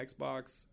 Xbox